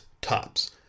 tops